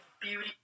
beauty